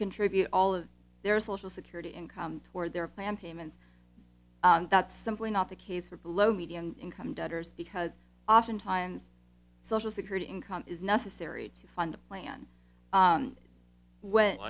contribute all of their social security income toward their plan payments that's simply not the case for below median income debtors because often times social security income is necessary to fund a plan